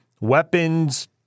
weapons